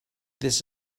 this